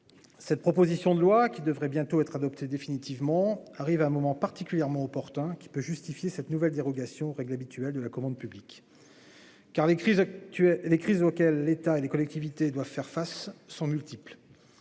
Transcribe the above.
cette proposition de loi, qui devrait bientôt être adoptée définitivement, arrive à un moment particulièrement opportun, ce qui peut justifier cette nouvelle dérogation aux règles habituelles de la commande publique. En effet, les crises auxquelles l'État et les collectivités doivent faire face sont multiples.